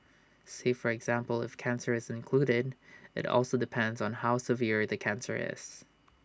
say for example if cancer is included IT also depends on how severe the cancer is